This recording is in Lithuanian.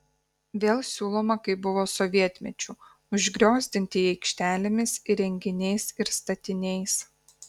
vėl siūloma kaip buvo sovietmečiu užgriozdinti jį aikštelėmis įrenginiais ir statiniais